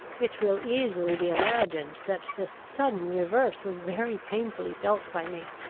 it will easily be imagined that this sudden reverse was very painfully felt by me.